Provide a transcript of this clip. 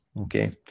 okay